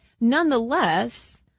Nonetheless